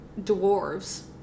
dwarves